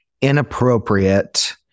inappropriate